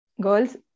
girls